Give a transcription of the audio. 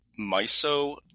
MISO